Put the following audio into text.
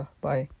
bye